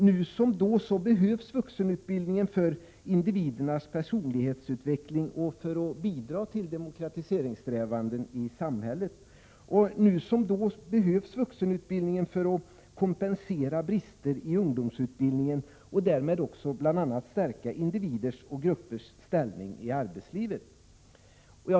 Nu som då behövs vuxenutbildningen för individernas personlighetsutveckling och för att bidra till demokratiseringssträvandena i samhället. Nu som då behövs vuxenutbildningen för att kompensera brister i ungdomsutbildningen och därmed bl.a. stärka individers och gruppers ställning i arbetslivet.